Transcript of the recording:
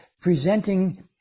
presenting